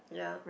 yeah